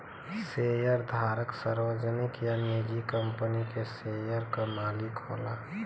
शेयरधारक सार्वजनिक या निजी कंपनी के शेयर क मालिक होला